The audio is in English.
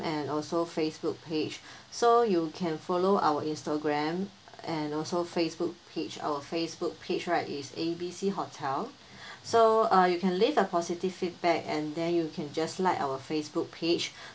and also Facebook page so you can follow our Instagram and also Facebook page our Facebook page right is A B C hotel so uh you can leave a positive feedback and then you can just like our Facebook page